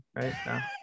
right